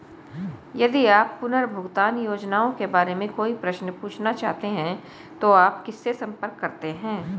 यदि आप पुनर्भुगतान योजनाओं के बारे में कोई प्रश्न पूछना चाहते हैं तो आप किससे संपर्क करते हैं?